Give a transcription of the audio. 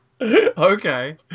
Okay